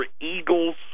Eagles